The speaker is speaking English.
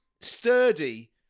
sturdy